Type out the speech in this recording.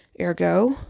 Ergo